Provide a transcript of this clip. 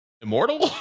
immortal